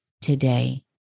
today